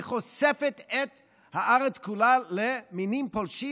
היא חושפת את הארץ כולה למינים פולשים,